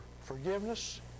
forgiveness